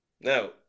now